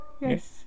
yes